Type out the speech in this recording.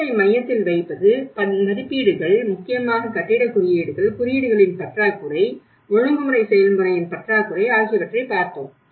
மக்களை மையத்தில் வைப்பது மதிப்பீடுகள் முக்கியமாக கட்டிடக் குறியீடுகள் குறியீடுகளின் பற்றாக்குறை ஒழுங்குமுறை செயல்முறையின் பற்றாக்குறை ஆகியவற்றை பார்த்தோம்